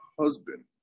husband